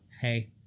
Hey